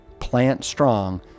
PlantStrong